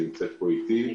שנמצאת פה איתי,